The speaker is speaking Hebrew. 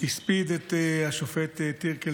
הספיד את השופט טירקל,